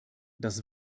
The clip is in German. das